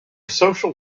social